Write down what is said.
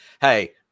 Hey